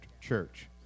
Church